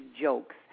jokes